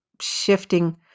shifting